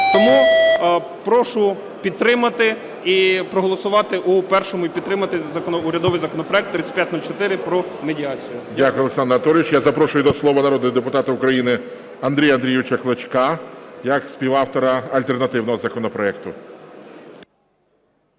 Тому прошу підтримати і проголосувати у першому і підтримати урядовий законопроект 3504 про медіацію. ГОЛОВУЮЧИЙ. Дякую, Олександр Анатолійович. Я запрошую до слова народного депутата України Андрія Андрійовича Клочка, як співавтора альтернативного законопроекту.